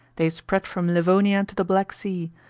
they spread from livonia to the black sea,